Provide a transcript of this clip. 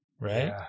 Right